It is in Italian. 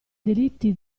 delitti